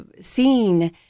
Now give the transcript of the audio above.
seeing